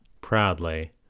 proudly